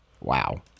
Wow